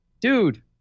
Dude